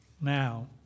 Now